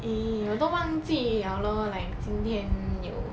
!ee! 我都忘记 liao lor like 今天有